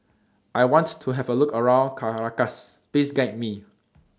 I want to Have A Look around Caracas Please Guide Me